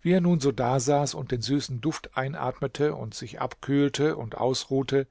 wie er nun so dasaß und den süßen duft einatmete und sich abkühlte und ausruhte